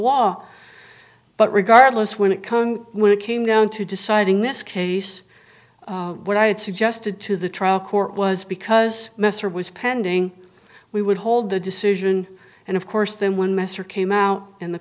law but regardless when it come when it came down to deciding this case what i had suggested to the trial court was because mesereau was pending we would hold the decision and of course then when mr came out in the